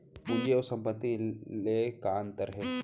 पूंजी अऊ संपत्ति ले का अंतर हे?